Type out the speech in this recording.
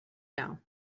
know